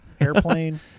airplane